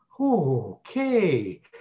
okay